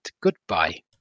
goodbye